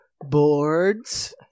boards